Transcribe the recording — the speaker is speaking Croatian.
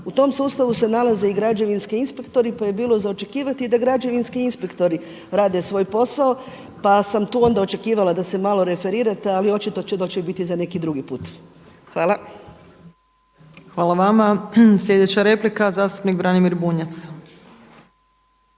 U tom sustavu se nalaze i građevinski inspektori pa je bilo za očekivati da građevinski inspektori rade svoj posao pa sam tu onda očekivala da se malo referirate ali očito će to biti za neki drugi put. Hvala. **Opačić, Milanka (SDP)** Hvala vama. Slijedeća replika zastupnik Branimir Bunjac.